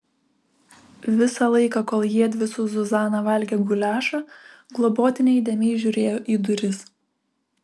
visą laiką kol jiedvi su zuzana valgė guliašą globotinė įdėmiai žiūrėjo į duris